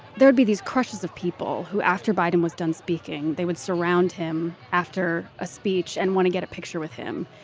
there'd be these crushes of people who, after biden was done speaking, they would surround him after a speech and want to get a picture with him.